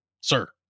sir